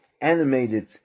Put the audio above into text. animated